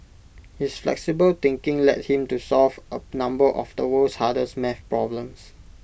his flexible thinking led him to solve A number of the world's hardest math problems